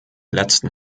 letzten